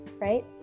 right